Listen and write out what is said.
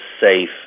safe